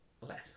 less